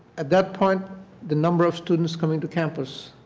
at that point the number of students coming to campus